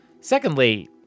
Secondly